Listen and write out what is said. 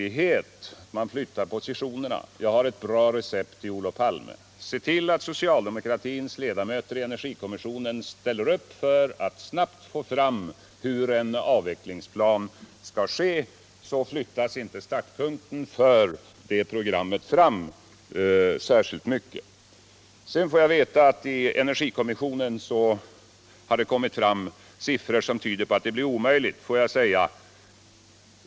Jag har ett bra recept till Olof Palme: Se till att socialdemokratins ledamöter i energikommissionen ställer upp för att snabbt få fram hur en avvecklingsplan skall se ut, så flyttas inte startpunkten för det programmet fram särskilt mycket. Sedan får jag veta att i energikommissionen har det kommit fram siffror som tyder på att det blir omöjligt.